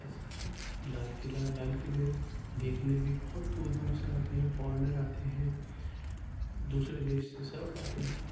ایسے ہی لال قلعہ لال قلعہ دیکھنے بھی بہت دور دور سے آتے ہیں فارنر آتے ہیں دوسرے دیش سے سب آتے ہیں